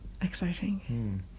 exciting